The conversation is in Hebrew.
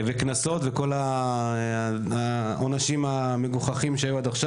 קנסות וכל העונשים המגוחכים שהיו עד עכשיו.